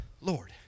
Lord